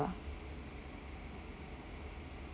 uh